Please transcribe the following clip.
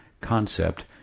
concept